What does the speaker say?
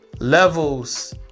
Levels